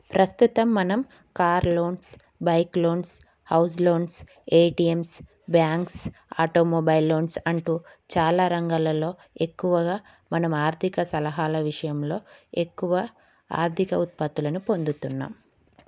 ప్రస్తుతం మనం car loans bike loans house loans ATMs banks automobile loans అంటూ చాలా రంగాలల్లో ఎక్కువగా మనం ఆర్థిక సలహాల విషయంలో ఎక్కువ ఆర్థిక ఉత్పత్తులను పొందుతున్నాము